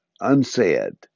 unsaid